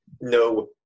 no